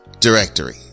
Directory